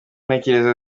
ntekerezo